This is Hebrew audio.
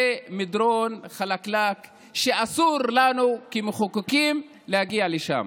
זה מדרון חלקלק, ואסור לנו, כמחוקקים, להגיע לשם.